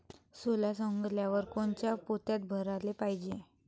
सोला सवंगल्यावर कोनच्या पोत्यात भराले पायजे?